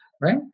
Right